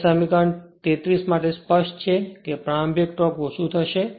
હવે સમીકરણ 33 માટે સ્પષ્ટ છે કે પ્રારંભિક ટોર્ક ઓછું થશે